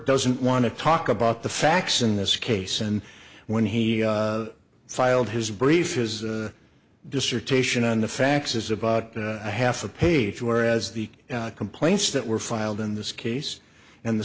doesn't want to talk about the facts in this case and when he filed his brief his dissertation on the facts is about a half a page whereas the complaints that were filed in this case and the